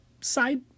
side